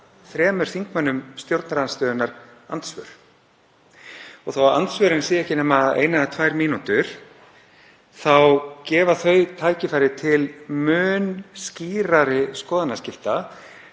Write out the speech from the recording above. þremur þingmönnum stjórnarandstöðunnar andsvör. Og þó að andsvör séu ekki nema ein eða tvær mínútur þá gefa þau tækifæri til mun skýrari skoðanaskipta